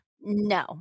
No